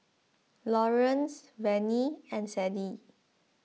Laurance Venie and Sadie